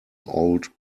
old